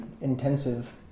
intensive